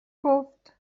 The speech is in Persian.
گفت